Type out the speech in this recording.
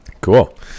Cool